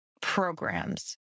programs